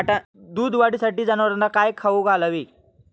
दूध वाढीसाठी जनावरांना काय खाऊ घालावे?